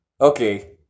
okay